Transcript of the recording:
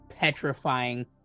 petrifying